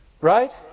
Right